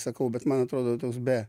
sakau bet man atrodo toks be